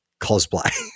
cosplay